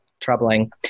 troubling